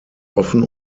offen